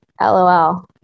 LOL